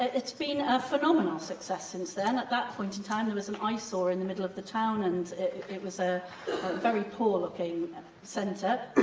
it's been a phenomenal success since then. at that point in time there was an eyesore in the middle of the town, and it was a very poor-looking and centre.